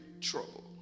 trouble